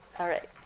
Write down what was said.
all right.